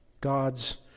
God's